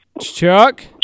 Chuck